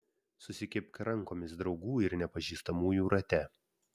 susikibk rankomis draugų ir nepažįstamųjų rate